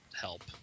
help